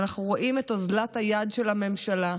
ואנחנו רואים את אוזלת היד של הממשלה.